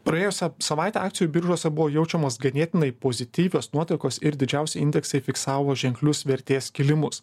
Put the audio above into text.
praėjusią savaitę akcijų biržose buvo jaučiamos ganėtinai pozityvios nuotaikos ir didžiausi indeksai fiksavo ženklius vertės kilimus